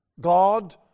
God